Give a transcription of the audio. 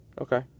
Okay